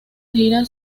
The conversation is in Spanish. gira